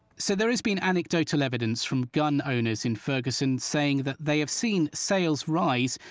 so there has been anecdotal evidence from gun owners in ferguson saying that they have seen sales rise,